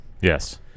Yes